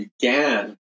began